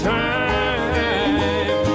time